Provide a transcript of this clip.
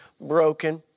broken